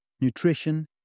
Nutrition